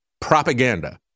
propaganda